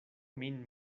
min